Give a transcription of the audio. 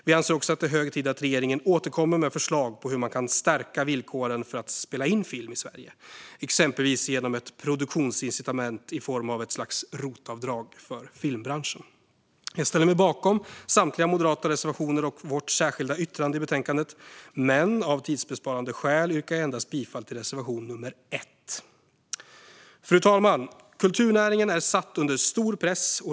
Vi anser också att det är hög tid att regeringen återkommer med förslag på hur man kan stärka villkoren för att spela in film i Sverige, exempelvis genom ett produktionsincitament i form av ett slags rotavdrag för filmbranschen. Jag ställer mig bakom samtliga moderata reservationer och vårt särskilda yttrande i betänkandet, men av tidsbesparande skäl yrkar jag bifall endast till reservation nummer 1. Fru talman! Kulturnäringen är satt under stor press.